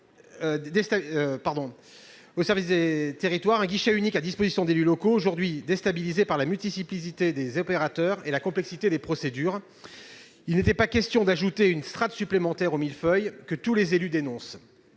; elle doit constituer un guichet unique à la disposition d'élus locaux aujourd'hui déstabilisés par la multiplicité des opérateurs et la complexité des procédures. Il était question non pas d'ajouter une strate supplémentaire au mille-feuille que tous les élus dénoncent,